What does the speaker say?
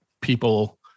people